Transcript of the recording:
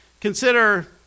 Consider